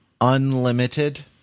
unlimited